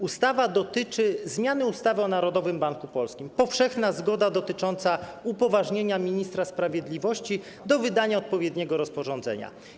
Ustawa dotyczy zmiany ustawy o Narodowym Banku Polskim, była powszechna zgoda dotycząca upoważnienia ministra sprawiedliwości do wydania odpowiedniego rozporządzenia.